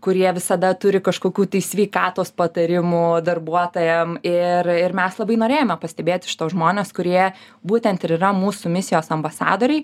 kurie visada turi kažkokių tai sveikatos patarimų darbuotojam ir ir mes labai norėjome pastebėti šituos žmones kurie būtent ir yra mūsų misijos ambasadoriai